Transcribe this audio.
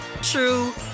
true